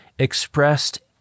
expressed